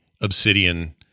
Obsidian